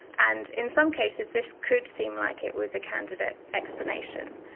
and in some cases this could seem like it was a candidate explanation,